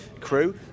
crew